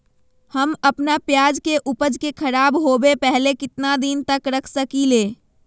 हम अपना प्याज के ऊपज के खराब होबे पहले कितना दिन तक रख सकीं ले?